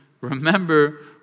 Remember